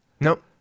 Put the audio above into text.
Nope